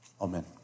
Amen